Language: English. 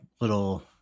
little